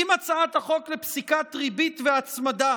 אם הצעת החוק לפסיקת ריבית והצמדה